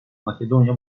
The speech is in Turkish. makedonya